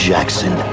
Jackson